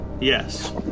Yes